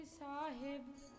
sahib